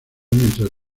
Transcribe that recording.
mientras